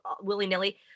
willy-nilly